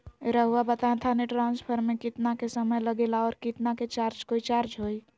रहुआ बताएं थाने ट्रांसफर में कितना के समय लेगेला और कितना के चार्ज कोई चार्ज होई?